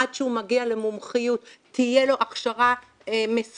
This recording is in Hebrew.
עד שהוא מגיע למומחיות תהיה לו הכשרה מסודרת